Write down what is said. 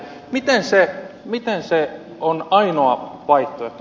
miten se on ainoa vaihtoehto